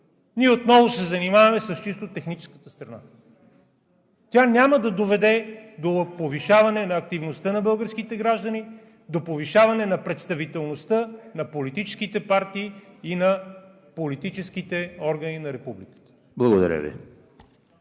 ние отново се занимаваме с чисто техническата страна. Тя няма да доведе до повишаване на активността на българските граждани, до повишаване на представителността на политическите партии и на политическите органи на Републиката. ПРЕДСЕДАТЕЛ